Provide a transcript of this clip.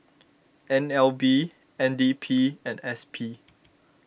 N L B N D P and S P